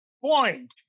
point